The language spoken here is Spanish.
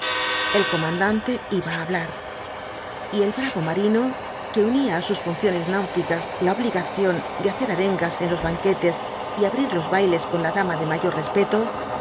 el comandante iba á hablar y el bravo marino que unía á sus funciones náuticas la obligación de hacer arengas en los banquetes y abrir los bailes con la dama de mayor respeto